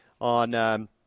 on –